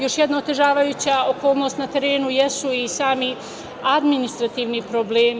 Još jedna otežavajuća okolnost na terenu jesu i sami administrativni problemi.